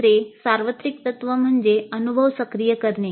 दुसरे सार्वत्रिक तत्व म्हणजे अनुभव सक्रिय करणे